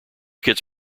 kids